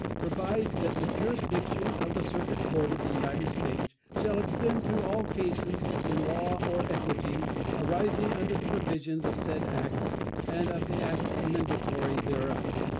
provides that the jurisdiction of the circuit court of the united states shall extend to all cases in law or equity arising under the provisions of said act and of the act amendatory thereof.